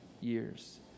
years